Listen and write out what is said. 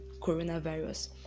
coronavirus